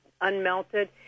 unmelted